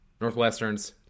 Northwestern's